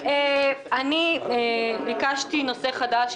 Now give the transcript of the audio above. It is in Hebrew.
--- אתה לא מקשיב לי ולא תדע להבין